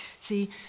See